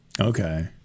okay